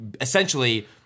essentially